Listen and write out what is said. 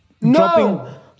No